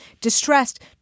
distressed